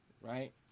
Right